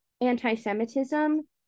anti-Semitism